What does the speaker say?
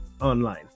online